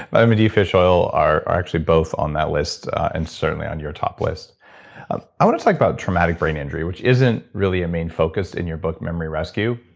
d, fish oil, are actually both on that list and certainly on your top list i want to talk about traumatic brain injury, which isn't really a main focus in your book memory rescue